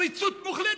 פריצות מוחלטת.